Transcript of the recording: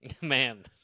Man